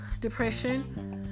depression